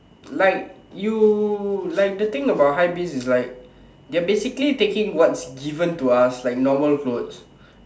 like you like the thing about hypebeast is like they're basically taking what's given to us like normal clothes